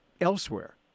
elsewhere